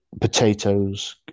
potatoes